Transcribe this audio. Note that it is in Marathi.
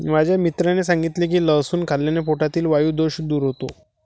माझ्या मित्राने सांगितले की लसूण खाल्ल्याने पोटातील वायु दोष दूर होतो